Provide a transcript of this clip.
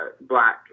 black